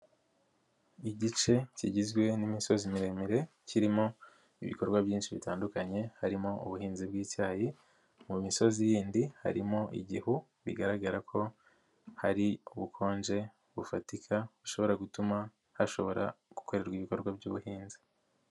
Igice kigizwe n'imisozi miremire kirimo ibikorwa byinshi bitandukanye harimo ubuhinzi bw'icyayi, mu misozi yindi harimo igihu bigaragara ko hari ubukonje bufatika bushobora gutuma hashobora gukorerwa ibikorwa by'ubuhinzi.